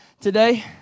today